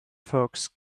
folks